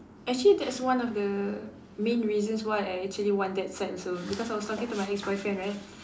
actually that's one of the main reasons why I actually want that side also because I was talking to my ex-boyfriend right